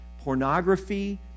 pornography